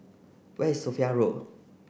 where is Sophia Road